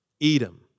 Edom